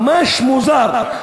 ממש מוזר.